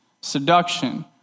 seduction